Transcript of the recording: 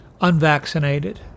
unvaccinated